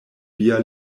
via